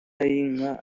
y’inka